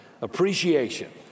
Appreciation